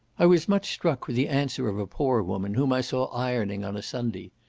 i was much struck with the answer of a poor woman, whom i saw ironing on a sunday.